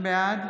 בעד